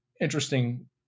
interesting